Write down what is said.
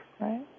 Right